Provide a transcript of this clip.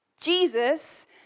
Jesus